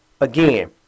again